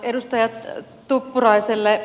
edustaja tuppuraiselle